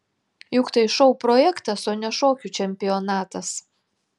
juk tai šou projektas o ne šokių čempionatas